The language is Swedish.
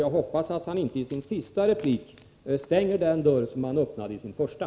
Jag hoppas att han inte i sin sista replik kommer att stänga den dörr som han öppnade i sin första.